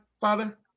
father